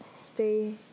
stay